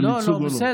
של ייצוג או לא,